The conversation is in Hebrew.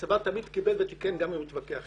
הצבא תמיד קיבל ותיקן גם אם הוא מתווכח.